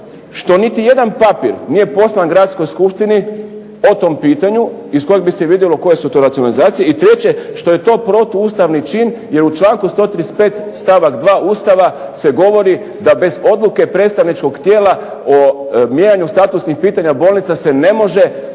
što niti jedan papri nije poslan Gradskoj skupštini o tom pitanju iz kojeg bi se vidjelo koje su to racionalizacije. I treće, što je to protuustavni čin, jer u članku 135. stavak 2. Ustava se govori da bez odluke predstavničkog tijela o mijenjanju statusnih pitanja bolnica se ne može